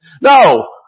No